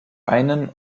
einen